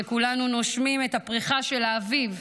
כשכולנו נושמים את הפריחה של האביב,